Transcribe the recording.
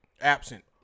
absent